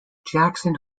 jackson